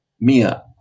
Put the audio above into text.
Mia